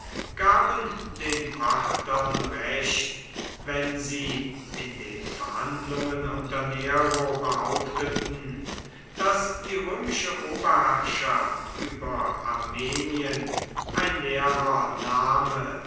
gaben den parthern recht wenn sie in den verhandlungen unter nero behaupteten daß die römische oberherrschaft über armenien ein leerer name